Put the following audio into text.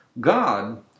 God